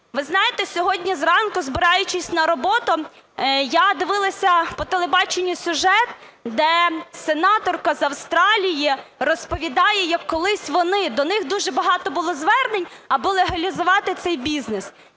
Ви знаєте, сьогодні зранку збираючись на роботу, я дивилася по телебаченню сюжет, де сенаторка з Австралії розповідає як колись вони, до них дуже багато було звернень аби легалізувати цей бізнес.